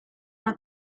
una